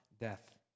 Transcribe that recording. death